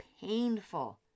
painful